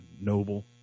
noble